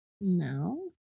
No